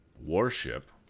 warship